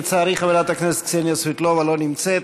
לצערי חברת הכנסת קסניה סבטלובה לא נמצאת,